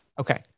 Okay